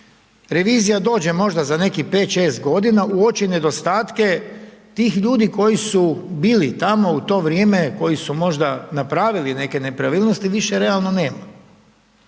revizija dođe možda za nekih 5, 6 godina, uoči nedostatke tih ljudi koji su bili tamo u to vrijeme, koji su možda napravili neke nepravilnosti više realno nema,